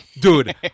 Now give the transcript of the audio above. Dude